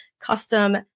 custom